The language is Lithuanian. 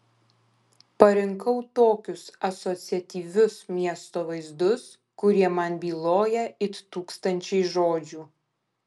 parinkau tokius asociatyvius miesto vaizdus kurie man byloja it tūkstančiai žodžių